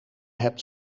hebt